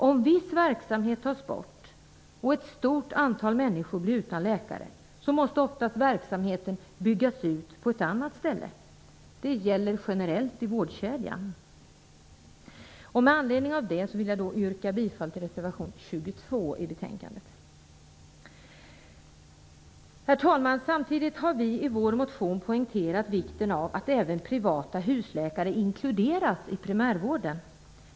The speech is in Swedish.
Om viss verksamhet tas bort och ett stort antal människor blir utan läkare måste oftast verksamheten byggas ut på ett annat ställe. Detta gäller generellt i vårdkedjan. Med anledning av detta vill jag yrka bifall till reservation Herr talman! Samtidigt har vi i vår motion poängterat vikten av att även privata husläkare inkluderas i primärvården.